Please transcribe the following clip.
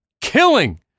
killing